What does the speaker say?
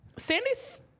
Sandy's